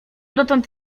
dotąd